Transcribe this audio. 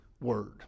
word